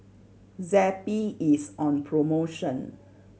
Zappy is on promotion